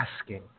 asking